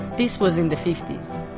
this was in the fifties,